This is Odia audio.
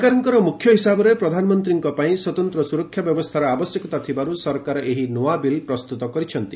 ସରକାରଙ୍କ ମୁଖ୍ୟ ହିସାବରେ ପ୍ରଧାନମନ୍ତ୍ରୀଙ୍କ ପାଇଁ ସ୍ୱତନ୍ତ୍ର ସୁରକ୍ଷା ବ୍ୟବସ୍ଥାର ଆବଶ୍ୟକତା ଥିବାରୁ ସରକାର ଏହି ନୂଆ ବିଲ୍ ପ୍ରସ୍ତୁତ କରିଛନ୍ତି